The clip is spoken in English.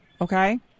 Okay